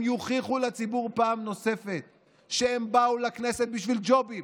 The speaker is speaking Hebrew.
הם יוכיחו לציבור פעם נוספת שהם באו לכנסת בשביל ג'ובים,